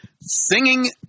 singing